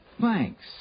Thanks